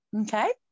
Okay